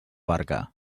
barca